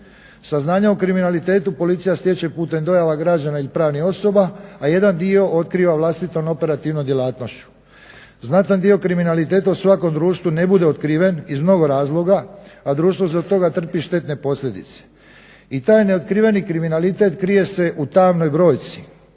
Saznanja o kriminalitetu policija stječe putem dojava građana ili pravnih osoba, a jedan dio otkriva vlastitom operativnom djelatnošću. Znatan dio kriminaliteta u svakom društvu ne bude otkriven iz mnogo razloga, a društvo zbog toga trpi štetne posljedice. I taj neotkriveni kriminalitet krije se u tamnoj brojci,